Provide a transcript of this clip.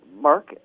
Mark